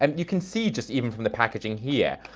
um you can see just even from the packaging here,